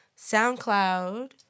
SoundCloud